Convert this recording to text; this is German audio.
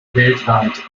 weltweit